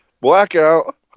Blackout